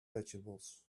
vegetables